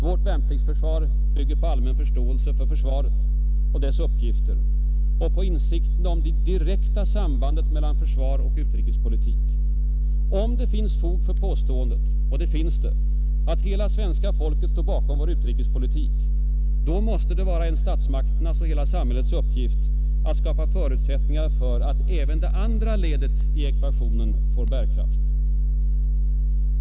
Vårt värnpliktsförsvar bygger på allmän förståelse för försvaret och dess uppgifter och på insikten om det direkta sambandet mellan försvar och utrikespolitik. Om det finns fog för påståendet — och det finns det — att hela svenska folket står bakom vår utrikespolitik, då måste det vara en statsmakternas och hela samhällets uppgift att skapa förutsättningar för att även det andra ledet i ekvationen får bärkraft.